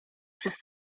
przez